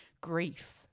grief